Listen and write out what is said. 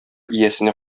иясенә